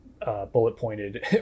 bullet-pointed